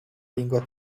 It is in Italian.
lingua